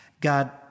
God